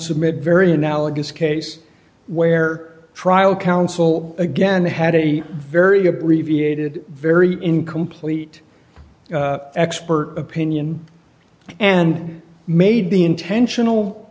submit very analogous case where trial counsel again had a very abbreviated very incomplete expert opinion and made the intentional